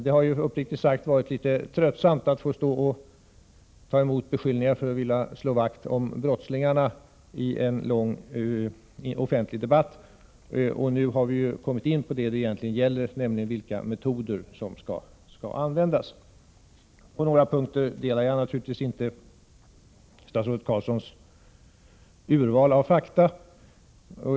Det har uppriktigt sagt varit litet tröttsamt att i en lång rad offentliga debatter få ta emot beskyllningar för att vilja slå vakt om skattebrottslingar. Nu har vi kommit in på det som diskussionen egentligen gäller, nämligen vilka metoder som skall användas. På några punkter är jag naturligtvis kritisk mot statsrådet Carlssons urval av fakta.